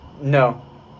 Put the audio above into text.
No